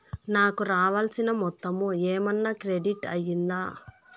నాకు రావాల్సిన మొత్తము ఏమన్నా క్రెడిట్ అయ్యిందా